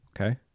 Okay